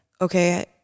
okay